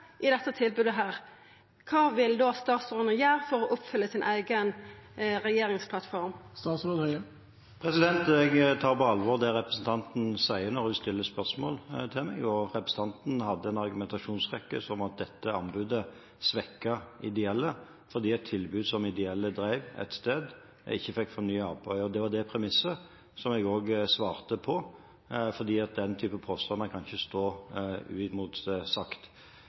i dette tilbodet, kva vil statsråden gjera for å oppfylla si eiga regjeringsplattform? Jeg tar på alvor det representanten sier når hun stiller spørsmål til meg, og representanten hadde en argumentasjonsrekke om at dette anbudet svekket ideelle fordi et tilbud som ideelle drev et sted, ikke fikk fornyet avtale. Det var det premisset jeg svarte på, for den typen påstander kan ikke stå uimotsagt.